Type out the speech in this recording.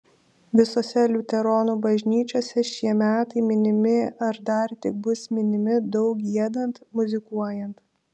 visose liuteronų bažnyčiose šie metai minimi ar dar tik bus minimi daug giedant muzikuojant